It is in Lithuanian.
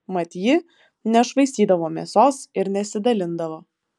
mat ji nešvaistydavo mėsos ir nesidalindavo